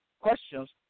questions